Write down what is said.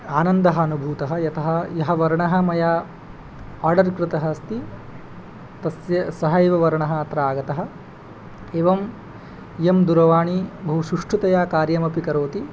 आनन्दः अनुभूतः यतः यः वर्णः मया आर्डर् कृतः अस्ति तस्य सः एव वर्णः अत्र आगतः एवं इयं दूरवाणी बहुसुष्टुतया कार्यमपि करोति